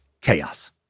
chaos